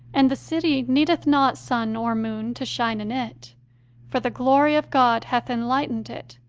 and the city needeth not sun or moon to shine in it for the glory of god hath enlight ened it,